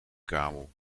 kabel